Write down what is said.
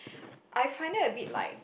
I find that a bit like